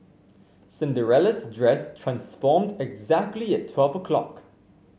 Cinderella's dress transformed exactly at twelve o'clock